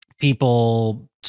people